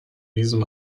diesem